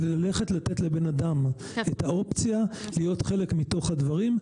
זה לתת לבן אדם את האופציה להיות חלק מהדברים,